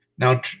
Now